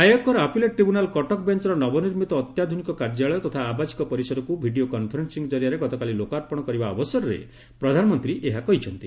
ଆୟକର appellate tribunal Cuttack ବେଞ୍ଚର ନବନିର୍ମିତ ଅତ୍ୟାଧୁନିକ କାର୍ଯ୍ୟାଳୟ ତଥା ଆବାସିକ ପରିସରକୁ ଭିଡିଓ କନଫରେନ୍ସିଂ ଜରିଆରେ ଗତକାଲି ଲୋକାର୍ପଣ କରିବା ଅବସରରେ ପ୍ରଧାନମନ୍ତ୍ରୀ ଏହା କହିଛନ୍ତି